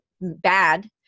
bad